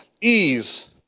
Ease